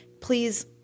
please